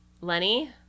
Lenny